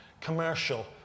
Commercial